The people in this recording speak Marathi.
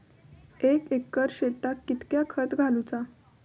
एक एकर शेताक कीतक्या खत घालूचा?